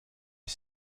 est